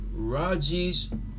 Rajesh